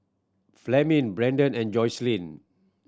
Fleming Brendan and Joslyn